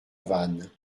vannes